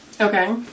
Okay